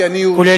כי אני יהודי.